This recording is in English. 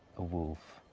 a wolf.